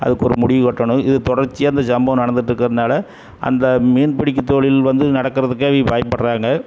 அதுக்கு ஒரு முடிவு கட்டணும் இது தொடர்ச்சியாக இந்த சம்பவம் நடந்துகிட்டு இருக்கிறதுனால அந்த மீன் பிடிக்கும் தொழில் வந்து நடக்கிறதுக்கே அவிங்க பயப்பட்றாங்க